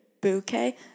bouquet